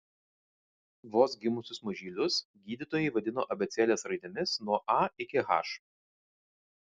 vos gimusius mažylius gydytojai vadino abėcėlės raidėmis nuo a iki h